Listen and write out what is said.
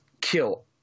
kill